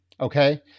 Okay